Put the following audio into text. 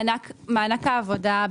מענק העבודה,